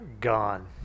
gone